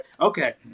okay